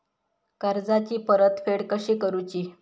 कर्जाची परतफेड कशी करुची?